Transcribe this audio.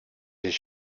his